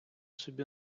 собі